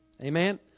Amen